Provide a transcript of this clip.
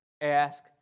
Ask